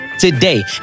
Today